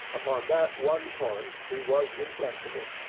upon that one point he was inflexible.